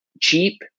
Cheap